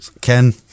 Ken